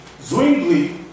Zwingli